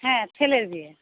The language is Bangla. হ্যাঁ ছেলের বিয়ে